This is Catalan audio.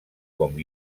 com